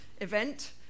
event